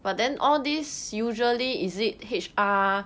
but then all these usually is it H_R